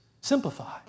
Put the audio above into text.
simplify